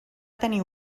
tenir